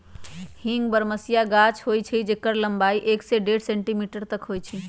हींग बरहमसिया गाछ होइ छइ जेकर लम्बाई एक से डेढ़ सेंटीमीटर तक होइ छइ